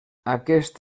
aquest